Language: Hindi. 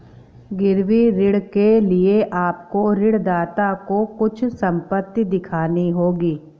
गिरवी ऋण के लिए आपको ऋणदाता को कुछ संपत्ति दिखानी होगी